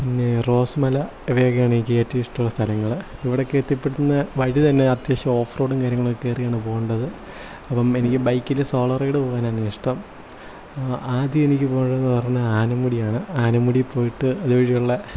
പിന്നെ റോസ് മല ഇവയൊക്കെയാണ് എനിക്കേറ്റവും ഇഷ്ടമുള്ള സ്ഥലങ്ങൾ ഇവിടേക്ക് എത്തിപ്പെടുന്ന വഴിതന്നെ അത്യാവശ്യം ഓഫ് റോഡും കാര്യങ്ങളൊക്കെ കയറിയാണ് പോകേണ്ടത് അപ്പം എനിക്ക് ബൈക്കിൽ സോളോ റൈഡ് പോകാനാണിഷ്ടം ആദ്യം എനിക്ക് പോകേണ്ടതെന്ന് പറഞ്ഞാൽ ആനമുടിയാണ് ആനമുടി പോയിട്ട് അതുവഴിയുള്ള